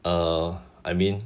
err I mean